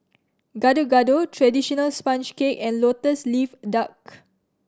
Gado Gado traditional sponge cake and Lotus Leaf Duck